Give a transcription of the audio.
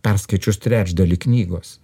perskaičius trečdalį knygos